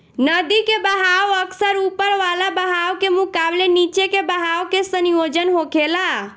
नदी के बहाव अक्सर ऊपर वाला बहाव के मुकाबले नीचे के बहाव के संयोजन होखेला